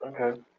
Okay